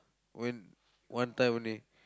when one time only